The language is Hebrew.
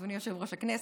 אדוני יושב-ראש הישיבה.